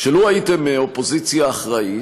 שלו הייתם אופוזיציה אחראית,